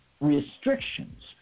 Restrictions